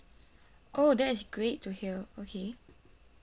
oh that is great to hear okay